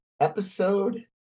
Episode